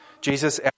Jesus